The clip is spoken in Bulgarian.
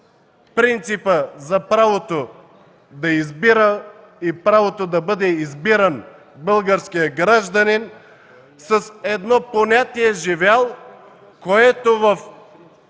принципа за правото да избира и правото да бъде избиран българският гражданин с едно понятие „живял”, което в